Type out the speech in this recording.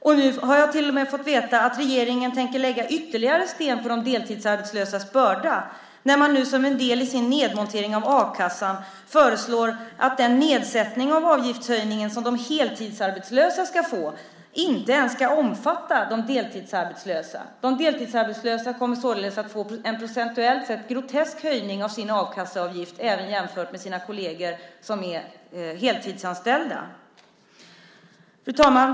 Nu har jag till och med fått veta att regeringen tänker lägga ytterligare sten på de deltidsarbetslösas börda när man nu som en del i sin nedmontering av a-kassan säger att den nedsättning av avgiftshöjningen som de heltidsarbetslösa ska få inte ens ska omfatta de deltidsarbetslösa. De deltidsarbetslösa kommer således att få en procentuellt sett grotesk höjning av sin a-kasseavgift även jämfört med sina kolleger som är heltidsanställda. Fru talman!